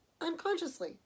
unconsciously